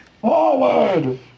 Forward